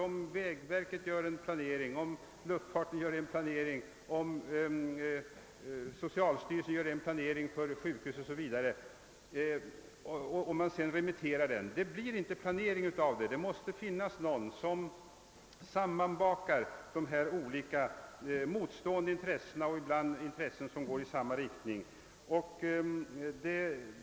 Om vägverket gör en utredning, om luftfartsverket gör en utredning, om socialstyrelsen gör en utredning om var man skall förlägga sjukhus och man sedan remitterar utredningen i fråga till olika instanser för yttrande, så blir det ändå inte planering av det; det måste finnas någon instans som sammanjämkar de motstridande intressena.